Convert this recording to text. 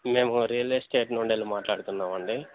మేము real estate నుండెళ్ళ మాట్లాడుతున్నామండి